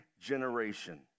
generation